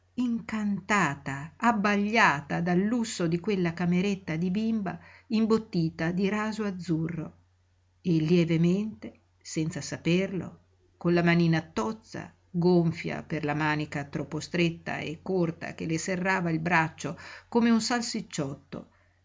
incantata abbagliata dal lusso di quella cameretta di bimba imbottita di raso azzurro e lievemente senza saperlo con la manina tozza gonfia per la manica troppo stretta e corta che le serrava il braccio come un salsicciotto